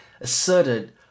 asserted